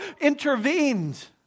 intervened